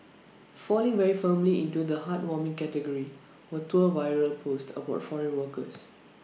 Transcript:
falling very firmly into the heartwarming category were two viral posts about foreign workers